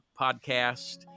podcast